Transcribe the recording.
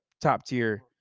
top-tier –